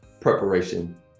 preparation